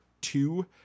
two